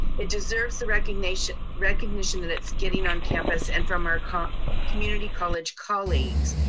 it deserves the recognition recognition that it's getting on campus and from our community college colleagues.